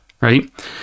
right